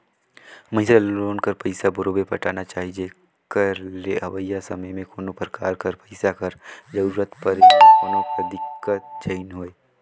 मइनसे ल लोन कर पइसा बरोबेर पटाना चाही जेकर ले अवइया समे में कोनो परकार कर पइसा कर जरूरत परे में कोनो कर दिक्कत झेइन होए